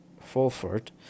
Fulford